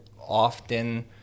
often